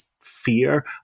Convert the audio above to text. fear